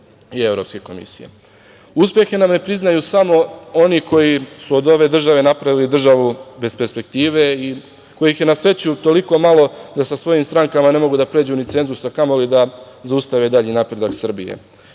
i Evropske komisije. Uspehe nam ne priznaju samo oni koji su od ove države napravili državu bez perspektive i kojih je na sreću toliko malo da sa svojim strankama ne mogu da pređu ni cenzus, a kamoli da zaustave dalji napredak Srbije. Navikli